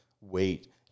weight